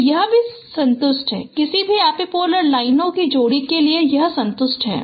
तो यह भी संतुष्ट है किसी भी एपिपोलर लाइनों के जोड़ी के लिए यह संतुष्ट है